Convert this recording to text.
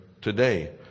today